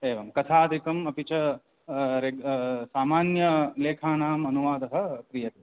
एवं कथादिकम् अपि च रेग् सामान्यलेखानाम् अनुवादः क्रियते